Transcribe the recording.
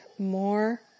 More